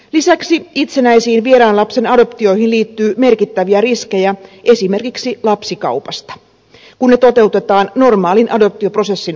lisäksi itsenäisiin vieraan lapsen adoptioihin liittyy merkittäviä riskejä esimerkiksi lapsikaupasta kun ne toteutetaan normaalin adoptioprosessin ulkopuolella